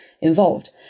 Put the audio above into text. involved